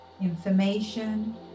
information